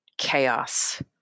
Chaos